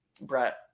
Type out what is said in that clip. Brett